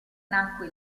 nacque